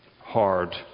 hard